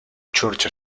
church